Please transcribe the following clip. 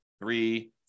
three